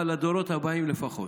אבל לדורות הבאים, לפחות,